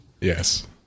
Yes